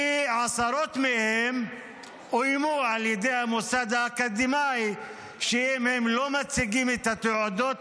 כי עשרות מהם אוימו על ידי המוסד האקדמי שאם הם לא מציגים את התעודות,